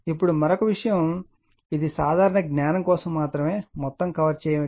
ఇప్పుడు మరొక విషయం ఇది సాధారణ జ్ఞానం కోసం మాత్రమే మొత్తం కవర్ చేయదు